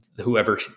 whoever